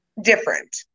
different